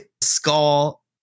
skull